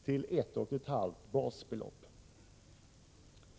till 1,5 basbelopp.